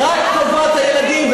רק טובת הילדים.